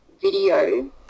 video